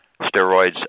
steroids